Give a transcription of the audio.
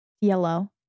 yellow